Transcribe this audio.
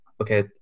Okay